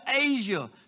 Asia